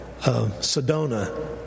Sedona